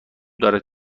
دارد